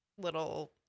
little